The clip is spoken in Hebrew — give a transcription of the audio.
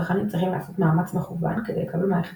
צרכנים צריכים לעשות מאמץ מכוון כדי לקבל מערכת